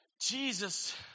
Jesus